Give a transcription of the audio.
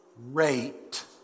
rate